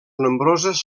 nombroses